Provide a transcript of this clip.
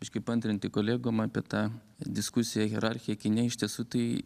biškį paantrinti kolegom apie tą diskusiją hierarchiją kine iš tiesų tai